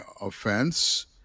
offense